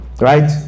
right